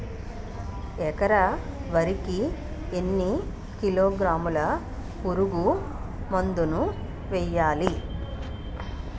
ఎకర వరి కి ఎన్ని కిలోగ్రాముల పురుగు మందులను వేయాలి?